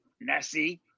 Nessie